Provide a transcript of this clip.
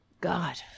God